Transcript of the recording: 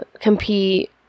compete